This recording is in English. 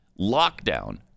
lockdown